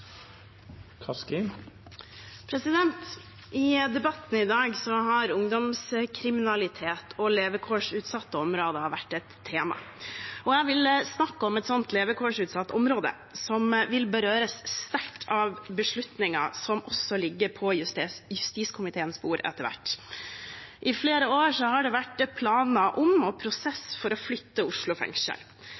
I debatten i dag har ungdomskriminalitet og levekårsutsatte områder vært et tema. Jeg vil snakke om et sånt levekårsutsatt område som vil berøres sterkt av beslutninger som etter hvert også vil ligge på justiskomiteens bord. I flere år har det vært planer om og prosess for å flytte Oslo fengsel,